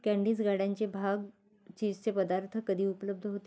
candies गारडनचे भाग चीजचे पदार्थ कधी उपलब्ध होते